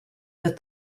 that